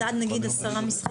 נניח עד עשרה משחקים.